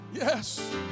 Yes